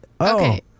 Okay